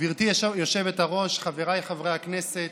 גברתי היושבת-ראש, חבריי חברי הכנסת,